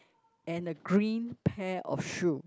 and a green pair of shoe